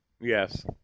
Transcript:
Yes